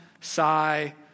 sigh